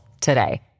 today